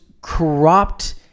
corrupt